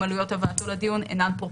עלויות הבאתו לדיון אינן פרופורציונליות.